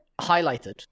highlighted